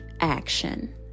Action